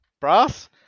Brass